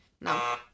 No